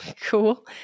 Cool